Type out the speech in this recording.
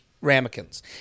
ramekins